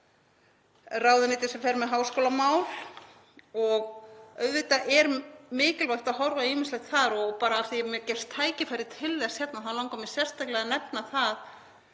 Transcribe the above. ráðuneytið sem fer með háskólamál. Auðvitað er mikilvægt að horfa á ýmislegt þar og bara af því að mér gefst tækifæri til þess hérna þá langar mig sérstaklega að nefna þann